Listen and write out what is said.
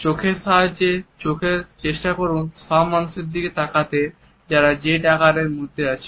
চোখের সাহায্যে চেষ্টা করুনসেই সব মানুষদের দিকে তাকাতে যারা Z আকারের মধ্যে আছেন